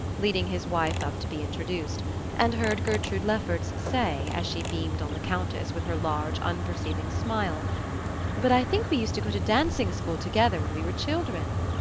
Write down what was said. leading his wife up to be introduced and heard gertrude lefferts say, as she beamed on the countess with her large unperceiving smile but i think we used to go to dancing-school together when we were children.